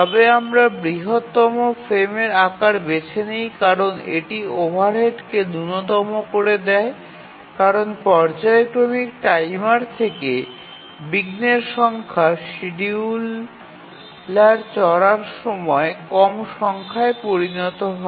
তবে আমরা বৃহত্তম ফ্রেমের আকার বেছে নিই কারণ এটি ওভারহেডকে ন্যূনতম করে দেয় কারণ পর্যায়ক্রমিক টাইমার থেকে বিঘ্নের সংখ্যা শিডিয়ুলার চলার সময় কম সংখ্যায় পরিণত হয়